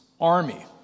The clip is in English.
army